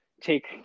take